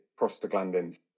prostaglandins